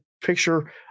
picture